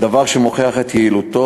דבר שמוכיח את יעילותו